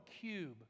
cube